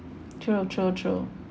true true true